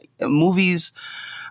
movies